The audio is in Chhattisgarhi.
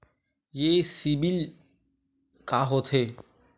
ये सीबिल का होथे?